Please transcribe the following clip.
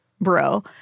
bro